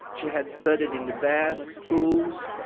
she had studied in the best schools,